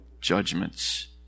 judgments